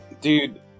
Dude